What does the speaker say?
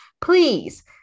please